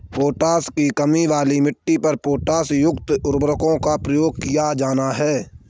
potash की कमी वाली मिट्टी पर पोटाशयुक्त उर्वरकों का प्रयोग किया जाना है